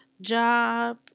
job